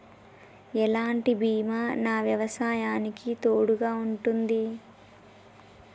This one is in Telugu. ఎలాంటి బీమా నా వ్యవసాయానికి తోడుగా ఉంటుంది?